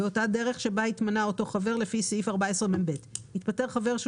באותה דרך שבה התמנה אותו חבר לפי סעיף 14מב. התפטר חבר שהוא